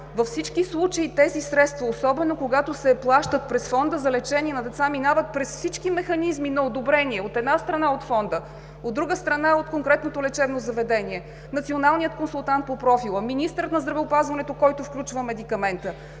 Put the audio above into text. Във всички случаи тези средства, особено когато се плащат през Фонда за лечение на деца, минават през всички механизми на одобрение – от една страна, от Фонда, от друга страна, от конкретното лечебно заведение, националният консултант по профила, министърът на здравеопазването, който включва медикамента.